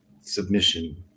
submission